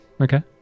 Okay